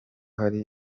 hari